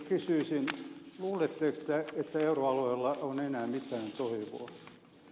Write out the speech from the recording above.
luuletteko te että euroalueella on enää mitään toivoa